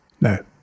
No